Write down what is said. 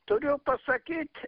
turiu pasakyt